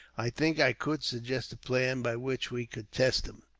i think i could suggest a plan by which we could test him.